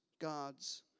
God's